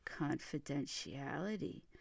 confidentiality